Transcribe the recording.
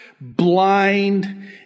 blind